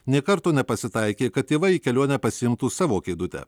nė karto nepasitaikė kad tėvai į kelionę pasiimtų savo kėdutę